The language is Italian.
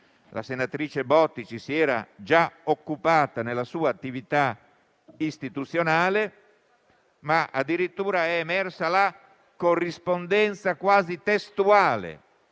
la senatrice Bottici si era già occupata nella sua attività istituzionale, ma addirittura la corrispondenza, quasi testuale,